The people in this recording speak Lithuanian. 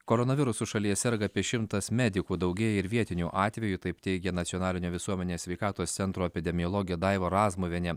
koronavirusu šalyje serga apie šimtas medikų daugėja ir vietinių atvejų taip teigia nacionalinio visuomenės sveikatos centro epidemiologė daiva razmuvienė